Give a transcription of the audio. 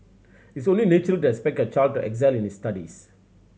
it's only natural to expect your child to excel in his studies